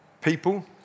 people